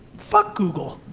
fuck google.